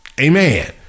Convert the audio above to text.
Amen